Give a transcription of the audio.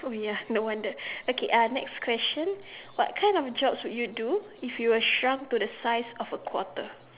oh ya no wonder okay uh next question what kind of jobs would you do if you were shrunk to the size of a quarter